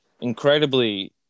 incredibly